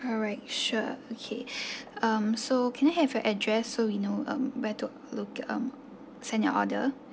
alright sure okay um so can I have your address so we know um where to look um send your order